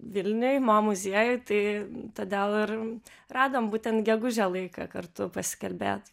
vilniuj mo muziejuj tai todėl ir radom būtent gegužę laiką kartu pasikalbėt